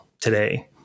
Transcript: today